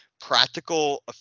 practical